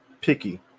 picky